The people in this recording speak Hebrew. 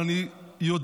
אבל אני יודע,